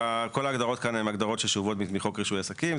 כל ההגדרות כאן הן הגדרות ששאובות מחוק רישוי עסקים.